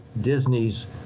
Disney's